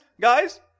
Guys